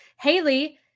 Haley